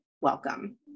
welcome